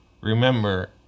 remember